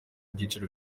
byiciro